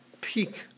peak